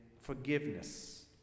forgiveness